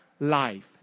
Life